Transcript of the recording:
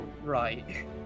Right